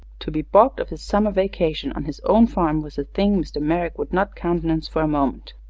to be balked of his summer vacation on his own farm was a thing mr. merrick would not countenance for a moment.